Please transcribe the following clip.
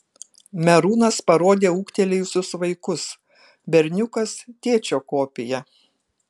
merūnas parodė ūgtelėjusius vaikus berniukas tėčio kopija